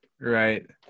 right